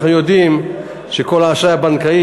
אנחנו יודעים לאן הולך כל האשראי הבנקאי,